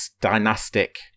dynastic